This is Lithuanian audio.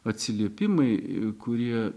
atsiliepimai kurie